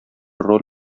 роль